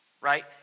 right